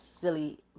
silly